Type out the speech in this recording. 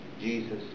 Jesus